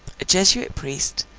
a jesuit priest,